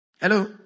Hello